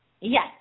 Yes